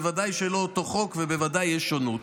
בוודאי שלא אותו חוק ובוודאי יש שונות,